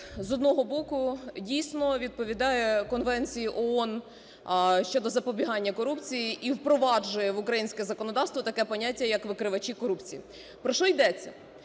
з одного боку, дійсно, відповідає Конвенції ООН щодо запобігання корупції і впроваджує в українське законодавство таке поняття, як "викривачі корупції". Про що йдеться.